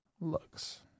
looks